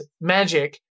magic